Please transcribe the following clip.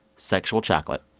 sexual chocolate.